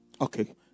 Okay